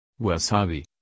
Wasabi